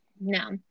No